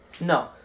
No